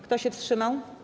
Kto się wstrzymał?